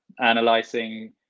analyzing